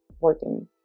working